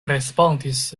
respondis